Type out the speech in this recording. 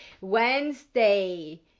wednesday